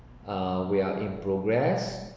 uh we are in progress